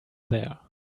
there